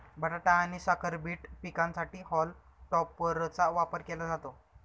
बटाटा आणि साखर बीट पिकांसाठी हॉल टॉपरचा वापर केला जातो